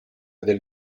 del